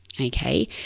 Okay